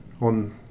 on